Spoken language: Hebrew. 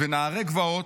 ונערי גבעות,